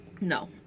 no